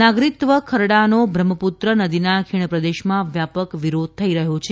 નાગરિકત્વ ખરડાનો બ્રહ્મપુત્ર નદીના ખીણ પ્રદેશમાં વ્યાપક વિરોધ થઇ રહ્યો છે